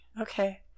Okay